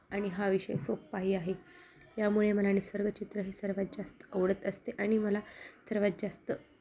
आणि हा विषय सोपाही आहे यामुळे मला निसर्ग चित्र हे सर्वात जास्त आवडत असते आणि मला सर्वात जास्त